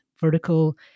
vertical